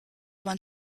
want